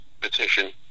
petition